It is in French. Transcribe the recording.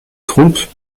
trompe